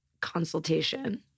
consultation